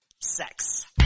Sex